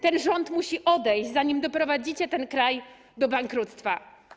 Ten rząd musi odejść, zanim doprowadzicie ten kraj do bankructwa.